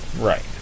Right